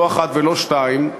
לא אחת ולא שתיים,